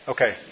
Okay